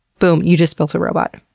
boom you just built a robot.